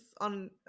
on